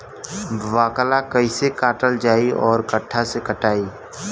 बाकला कईसे काटल जाई औरो कट्ठा से कटाई?